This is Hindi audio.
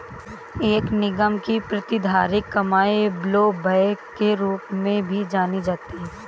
एक निगम की प्रतिधारित कमाई ब्लोबैक के रूप में भी जानी जाती है